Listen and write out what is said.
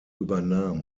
übernahm